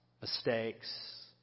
mistakes